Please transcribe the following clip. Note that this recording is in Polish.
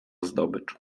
zdobycz